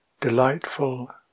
Delightful